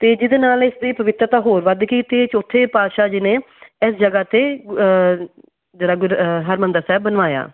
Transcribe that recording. ਅਤੇ ਜਿਹਦੇ ਨਾਲ ਇਸ ਦੀ ਪਵਿੱਤਰਤਾ ਹੋਰ ਵੱਧ ਗਈ ਅਤੇ ਚੌਥੇ ਪਾਤਸ਼ਾਹ ਜੀ ਨੇ ਇਸ ਜਗ੍ਹਾ 'ਤੇ ਜਿਹੜਾ ਗੁ ਹਰਿਮੰਦਰ ਸਾਹਿਬ ਬਣਵਾਇਆ